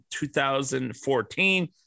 2014